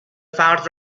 فرد